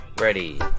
ready